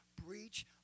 breach